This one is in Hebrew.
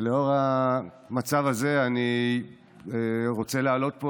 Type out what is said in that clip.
ולנוכח המצב הזה אני רוצה להעלות פה